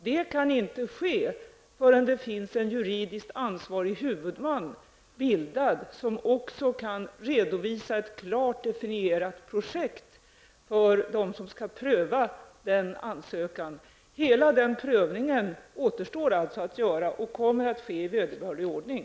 Detta kan inte ske förrän det har bildats en juridiskt ansvarig huvudman som också kan redovisa ett klart definierat projekt för dem som har att pröva denna ansökan. Det återstår alltså att göra denna prövning som kommer att ske i vederbörlig ordning.